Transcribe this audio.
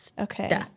Okay